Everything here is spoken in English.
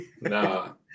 No